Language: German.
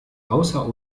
außer